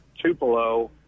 Tupelo